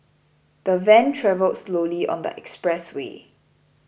the van travelled slowly on the expressway